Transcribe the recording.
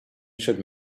should